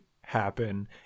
happen